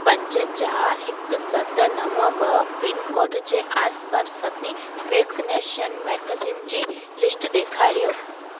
पंज चारि हिकु सत नव ॿ पिनकोड जे आसपास सभिनी वैक्सनेशन मर्कज़नि जी लिस्ट ॾेखारियो